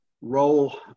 role